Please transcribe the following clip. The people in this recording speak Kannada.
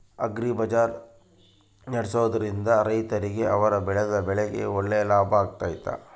ಅಗ್ರಿ ಬಜಾರ್ ನಡೆಸ್ದೊರಿಂದ ರೈತರಿಗೆ ಅವರು ಬೆಳೆದ ಬೆಳೆಗೆ ಒಳ್ಳೆ ಲಾಭ ಆಗ್ತೈತಾ?